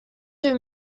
two